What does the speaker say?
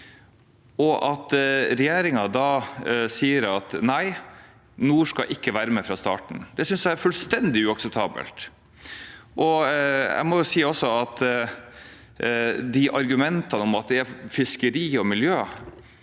regjeringen sier at nei, nord skal ikke være med fra starten, synes jeg er fullstendig uakseptabelt. Jeg må også si til argumentene om fiskeri og miljø: